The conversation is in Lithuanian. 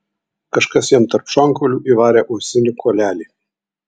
kažkas jam tarp šonkaulių įvarė uosinį kuolelį